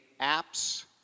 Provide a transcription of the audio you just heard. apps